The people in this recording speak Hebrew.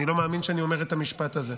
אני לא מאמין שאני אומר את המשפט הזה.